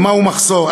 ומהו מחסור,